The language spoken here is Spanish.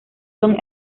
son